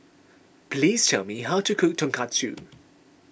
please tell me how to cook Tonkatsu